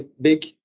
big